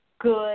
good